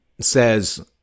says